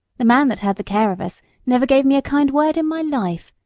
the man that had the care of us never gave me a kind word in my life.